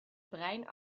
brein